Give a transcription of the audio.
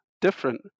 different